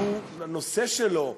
שהנושא שלו,